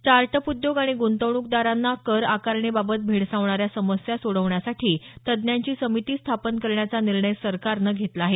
start up उद्योग आणि गृंतवणूक दारांना करआकारणी बाबत भेडसावणाऱ्या समस्या सोडवण्यासाठी तज्ज्ञांची समिती स्थापन करण्याच्या निर्णय सरकारनं घेतला आहे